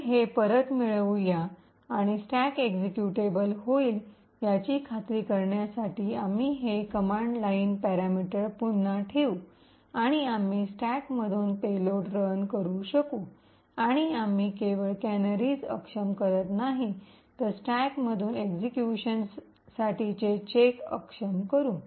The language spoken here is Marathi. तर हे परत मिळवू या आणि स्टॅक एक्झिक्युटेबल होईल याची खात्री करण्यासाठी आम्ही हे कमांड लाइन पॅरामीटर पुन्हा ठेवू आणि आम्ही स्टॅकमधून पेलोड रन करू शकू आणि म्हणून आम्ही केवळ कॅनेरीच अक्षम करत नाहीत तर स्टॅक मधून एक्सिक्यूशन साठीचे चेक अक्षम करू